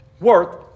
worth